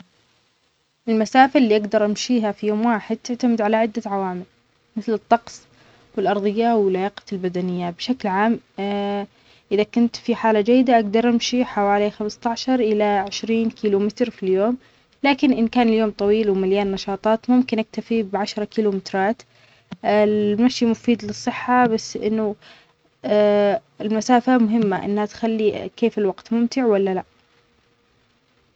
المسافة اللي اقدر أمشيها في يوم واحد تعتمد على عدة عوامل مثل الطقس والأرضية ولياقتي البدنية بشكل عام إذا كنت في حالة جيدة يقدر أمشي حوالي خمستاشر إلى عشرين كيلو متر في اليوم لكن إن كان اليوم طويل ومليان نشاطات ممكن أكتفي بعشرة كيلو مترات المشي مفيد للصحة بس إنه المسافة مهمة إنها تخلي كيف الوقت ممتع ولا لا